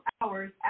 hours